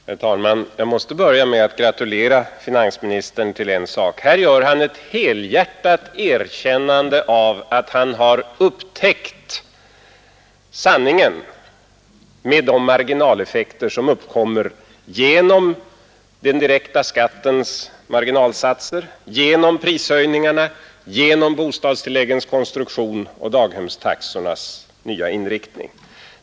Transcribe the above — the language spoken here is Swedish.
Herr talman! Jag måste börja med att gratulera finansministern till en sak: här erkänner han helhjärtat att han upptäckt sanningen med de marginaleffekter som uppkommer genom den direkta skattens marginalsatser, genom prishöjningarna, genom bostadstilläggens konstruktion och genom daghemstaxornas nyinriktning.